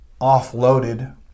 offloaded